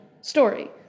story